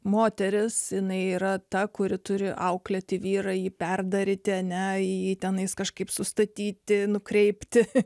moteris jinai yra ta kuri turi auklėti vyrą jį perdaryti ne jį tenais kažkaip sustatyti nukreipti